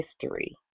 history